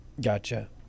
gotcha